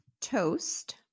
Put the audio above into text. toast